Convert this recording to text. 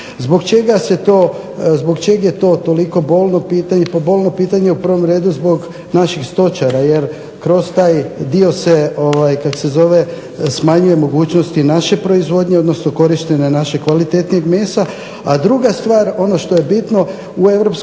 zbog čeg je to toliko bolno pitanje?